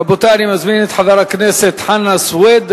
רבותי, אני מזמין את חבר הכנסת חנא סוייד,